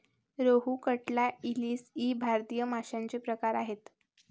रोहू, कटला, इलीस इ भारतीय माशांचे प्रकार आहेत